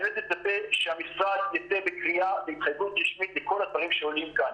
אני מצפה שהמשרד יצא בקריאה ובהתחייבות רשמית לכל הדברים שעולים כאן.